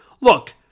Look